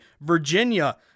Virginia